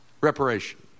reparation